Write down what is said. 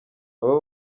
aba